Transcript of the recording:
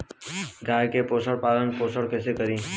गाय के पालन पोषण पोषण कैसे करी?